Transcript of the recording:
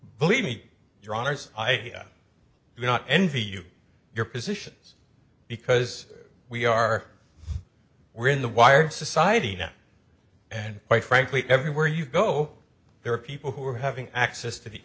believe me your honour's i do not envy you your positions because we are we're in the wired society now and quite frankly everywhere you go there are people who are having access to the